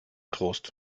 trost